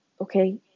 okay